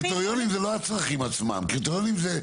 קריטריונים זה לא הצרכים עצמם, קריטריונים זה צפי.